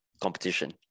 competition